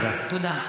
תודה.